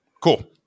Cool